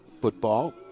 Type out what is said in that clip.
football